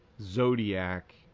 Zodiac